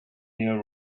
near